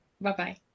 Bye-bye